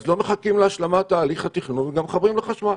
אז לא מחכים להשלמת הליך התכנון ומחברים לחשמל.